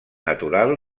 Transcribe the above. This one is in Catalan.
natural